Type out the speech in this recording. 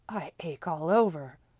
i ache all over.